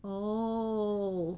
oh